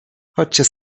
chodźcie